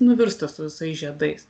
nuvirsta su visais žiedais